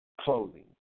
clothing